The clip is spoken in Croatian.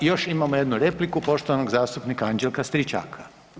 Još imamo jednu repliku poštovanog zastupnika Anđelka Stričaka.